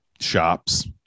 shops